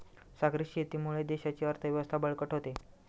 सागरी शेतीमुळे देशाची अर्थव्यवस्था बळकट होते